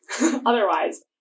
otherwise